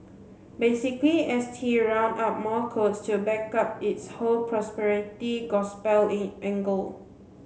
basically S T rounded up more quotes to back up its whole prosperity gospel in angle